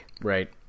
Right